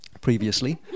previously